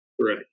Right